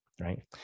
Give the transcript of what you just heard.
right